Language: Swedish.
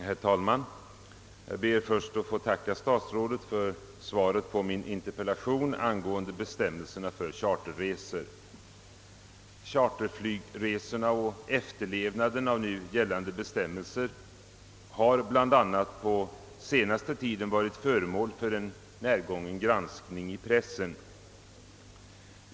Herr talman! Jag ber först att få tacka statsrådet för svaret på min interpellation angående bestämmelserna för resor med charterflyg. Charterflygresorna och efterlevnaden av nu gällande bestämmelser har bl.a. på senaste tiden varit föremål för en närgången granskning i pressen.